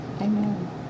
Amen